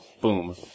boom